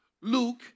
Luke